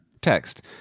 text